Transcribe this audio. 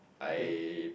I